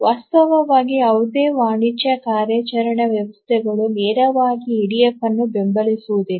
ವಾಸ್ತವವಾಗಿ ಯಾವುದೇ ವಾಣಿಜ್ಯ ಕಾರ್ಯಾಚರಣಾ ವ್ಯವಸ್ಥೆಗಳು ನೇರವಾಗಿ ಇಡಿಎಫ್ ಅನ್ನು ಬೆಂಬಲಿಸುವುದಿಲ್ಲ